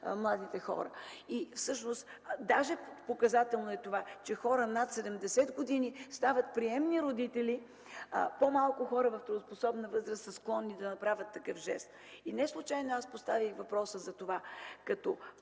младите хора. Дори показателно е това, че хора над 70 години стават приемни родители, а все по-малко хора в трудоспособна възраст са склонни да направят такъв жест. Не случайно поставих въпроса за това като